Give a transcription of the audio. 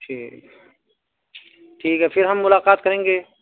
ٹھیک ہے ٹھیک ہے پھر ہم ملاقات کریں گے